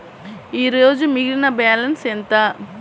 ఈరోజు మిగిలిన బ్యాలెన్స్ ఎంత?